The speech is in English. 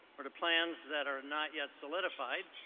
or to plans that are not yet solidified.